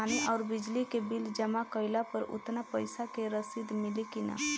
पानी आउरबिजली के बिल जमा कईला पर उतना पईसा के रसिद मिली की न?